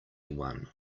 one